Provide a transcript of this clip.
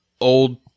old